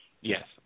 Yes